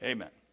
Amen